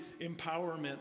empowerment